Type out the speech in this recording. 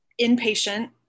inpatient